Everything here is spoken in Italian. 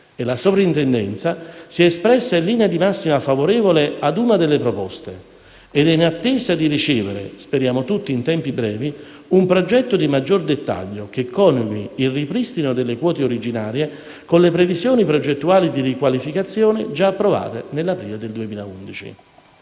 e la Soprintendenza si è espressa in linea di massima favorevole ad una delle proposte ed è in attesa di ricevere - speriamo tutti in tempi brevi - un progetto di maggior dettaglio che coniughi il ripristino delle quote originarie con le previsioni progettuali di riqualificazione già approvate nell'aprile del 2011.